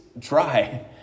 Try